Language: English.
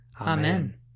Amen